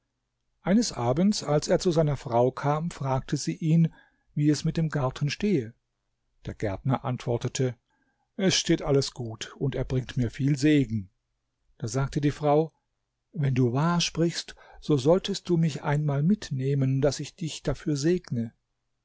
eines abends als er zu seiner frau kam fragte sie ihn wie es mit dem garten stehe der gärtner antwortete es steht alles gut und er bringt mir viel segen da sagte die frau wenn du wahr sprichst so solltest du mich einmal mitnehmen daß ich dich dafür segne